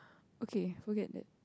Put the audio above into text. okay forget that